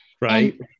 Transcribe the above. Right